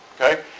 Okay